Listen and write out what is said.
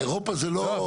אירופה זה לא קודש הקודשים.